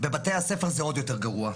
בבתי הספר זה עוד יותר גרוע.